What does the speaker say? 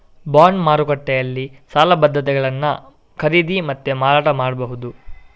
bond ಮಾರುಕಟ್ಟೆನಲ್ಲಿ ಸಾಲ ಭದ್ರತೆಗಳನ್ನ ಖರೀದಿ ಮತ್ತೆ ಮಾರಾಟ ಮಾಡ್ಬಹುದು